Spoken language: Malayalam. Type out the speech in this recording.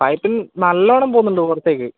പൈപ്പിൽ നല്ലോണം പോവുന്നുണ്ട് പുറത്തേക്ക്